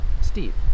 Steve